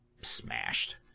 smashed